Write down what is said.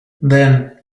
then